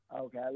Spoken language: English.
Okay